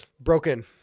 broken